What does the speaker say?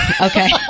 okay